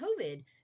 COVID